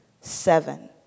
Seven